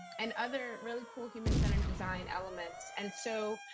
and other really cool human centered design elements and so,